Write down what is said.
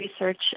Research